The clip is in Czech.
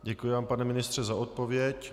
Děkuji vám, pane ministře, za odpověď.